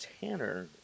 Tanner